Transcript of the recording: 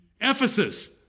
Ephesus